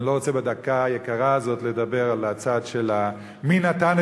ואני לא רוצה בדקה היקרה הזאת לדבר על הצד של מי נתן